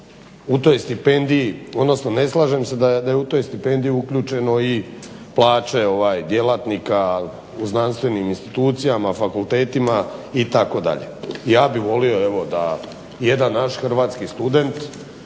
u toj stipendiji odnosno ne slažem se da je u toj stipendiji uključeno i plaće djelatnika u znanstvenim institucijama, fakultetima. Ja bih volio da jedan naš hrvatski student